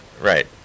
Right